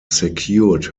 secured